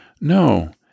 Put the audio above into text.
No